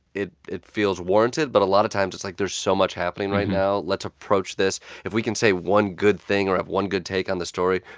it it feels warranted, but a lot of times, it's like, there's so much happening right now let's approach this if we can say one good thing or have one good take on the story,